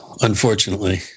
unfortunately